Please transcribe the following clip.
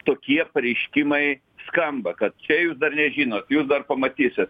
tokie pareiškimai skamba kad čia jūs dar nežinot jūs dar pamatysit